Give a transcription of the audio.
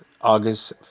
August